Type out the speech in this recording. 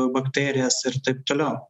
bakterijas ir taip toliau